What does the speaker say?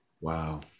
Wow